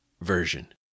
version